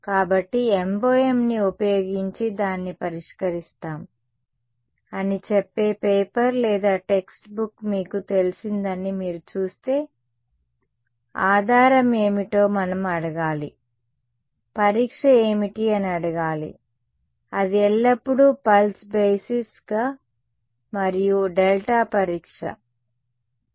కాబట్టి MoMని ఉపయోగించి దాన్ని పరిష్కరిస్తాం అని చెప్పే పేపర్ లేదా టెక్స్ట్ బుక్ మీకు తెలిసిందని మీరు చూస్తే ఆధారం ఏమిటో మనం అడగాలి పరీక్ష ఏమిటి అని అడగాలి అది ఎల్లప్పుడూ పల్స్ బేసిస్ గా మరియు డెల్టా పరీక్ష సరే